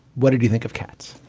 what did you think of cats?